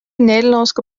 nederlânske